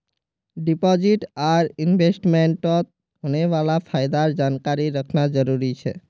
deposit आर इन्वेस्टमेंटत होने वाला फायदार जानकारी रखना जरुरी छे